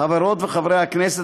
חברות וחברי הכנסת,